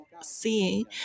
seeing